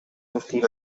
fifteen